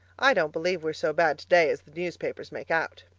i don't believe we're so bad today as the newspapers make out.